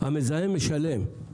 המזהם ישלם.